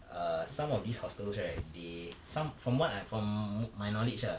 err some of these hostels right they some from what I from my knowledge ah